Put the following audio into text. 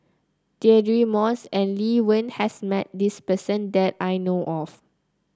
Deirdre Moss and Lee Wen has met this person that I know of